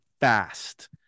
fast